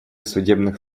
судебных